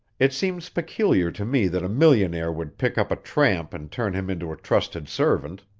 it seems peculiar to me that a millionaire would pick up a tramp and turn him into a trusted servant.